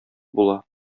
була